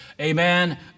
amen